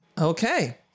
okay